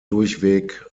durchweg